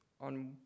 on